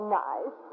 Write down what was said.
nice